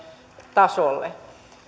tasolle